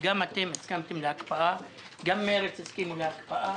אבל כדי להתחיל את הדיון אנחנו צריכים לפנות